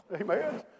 Amen